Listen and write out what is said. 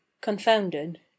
confounded